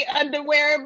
underwear